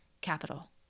capital